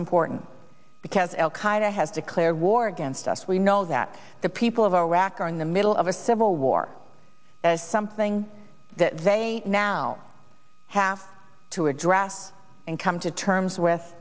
important because al qaeda has declared war against us we know that the people of iraq are in the middle of a civil war as something that they now have to address and come to terms with